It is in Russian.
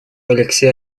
алексея